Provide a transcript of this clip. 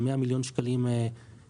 יש לנו 100 מיליון שקלים למענקים,